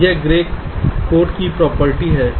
यह grey code की property है